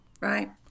Right